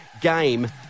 game